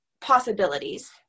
possibilities